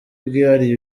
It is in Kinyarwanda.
bwihariye